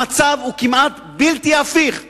המצב הוא כמעט בלתי הפיך.